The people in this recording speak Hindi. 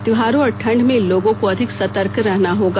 त्योहारों और ठंड में लोगों को अधिक सतर्क रहना होगा